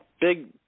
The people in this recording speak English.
big